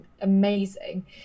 amazing